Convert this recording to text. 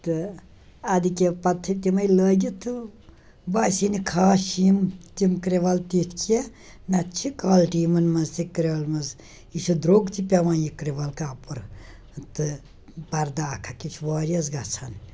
تہٕ اَدٕ کہِ پتہٕ تھٲے تِمَے لٲگِتھ تہٕ باسے نہٕ خاص چھِ یِم تِم کِرٛول تِتھۍ کیٚنٛہہ نَہ تہِ چھِ کالٹی یِمن منٛز تہِ کِرٛول منٛز یہِ چھِ درٛوٚگ تہِ پٮ۪وان یہِ کِرٛول کَپُر تہٕ پردٕ اکھ اکھ یہِ چھُ وارِیاہس گَژھان